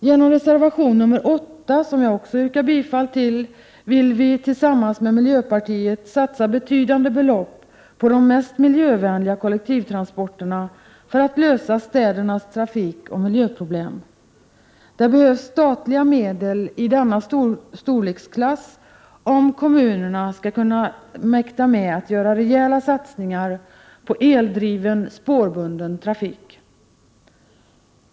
Genom reservation nr 8, som jag också yrkar bifall till, vill vi tillsammans med miljöpartiet satsa betydande belopp på de mest miljövänliga kollektivtransporterna för att lösa städernas trafikoch miljöproblem. Det behövs statliga medel i denna storleksklass om kommunerna skall mäkta att göra rejäla satsningar på eldriven spårbunden trafik.